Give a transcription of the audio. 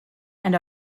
and